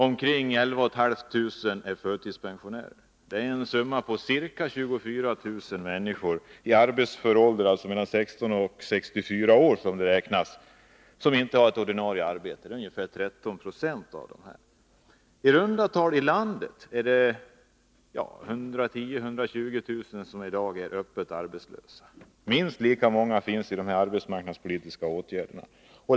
Omkring 11 500 är förtidspensionärer. Det är en summa på ca 24 000 människor i arbetsför ålder, dvs. mellan 16 och 64 år, som inte har ett ordinarie arbete. Det motsvarar ungefär 13 90. I runt tal över hela landet är 11 000-12 000 öppet arbetslösa. Minst lika många är sysselsatta genom de arbetsmarknadspolitiska åtgärderna.